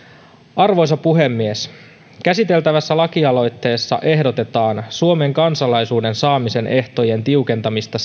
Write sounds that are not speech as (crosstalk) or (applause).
arvoisa puhemies käsiteltävässä lakialoitteessa ehdotetaan suomen kansalaisuuden saamisen ehtojen tiukentamista (unintelligible)